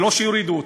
ולא שיורידו אותם.